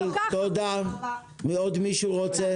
מי עוד רוצה?